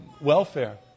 welfare